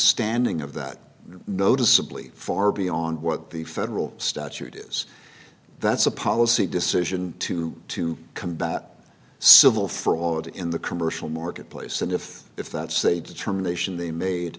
standing of that noticeably far beyond what the federal statute is that's a policy decision to to combat civil fraud in the commercial marketplace and if if that's a determination they made